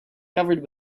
covered